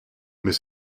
mais